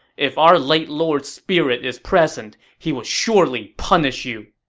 if our late lord's spirit is present, he would surely punish you!